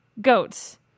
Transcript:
goats